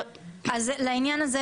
אז לעניין הזה,